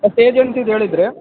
ಏಜೆನ್ಸಿದು ಹೇಳಿದರೆ